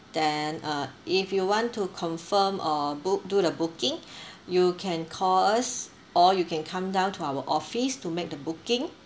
then uh if you want to confirm or book do the booking you can call us or you can come down to our office to make the booking